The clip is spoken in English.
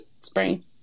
Spring